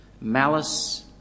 malice